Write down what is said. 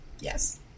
Yes